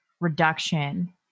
reduction